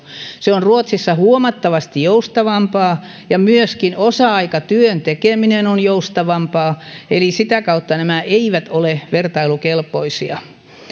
se on ruotsissa huomattavasti joustavampaa ja myöskin osa aikatyön tekeminen on joustavampaa eli sitä kautta nämä eivät ole vertailukelpoisia